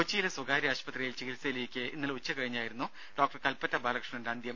കൊച്ചിയിലെ സ്വകാര്യ ആശുപത്രിയിൽ ചികിത്സയിലിരിക്കെ ഇന്നലെ ഉച്ചകഴിഞ്ഞായിരുന്നു ഡോക്ടർ കൽപ്പറ്റ ബാലകൃഷ്ണന്റെ അന്ത്യം